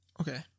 Okay